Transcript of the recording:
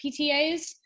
PTAs